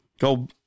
go